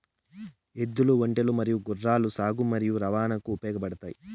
ఎద్దులు, ఒంటెలు మరియు గుర్రాలు సాగు మరియు రవాణాకు ఉపయోగపడుతాయి